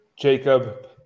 Jacob